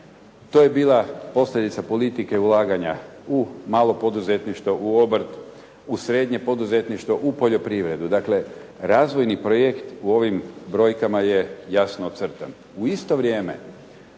To je bila posljedica politike ulaganja u malo poduzetništvo, u obrt, u srednje poduzetništvu, u poljoprivredu. Dakle razvojni projekt u ovim brojkama je jasno ocrtan. U isto vrijeme,